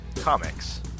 Comics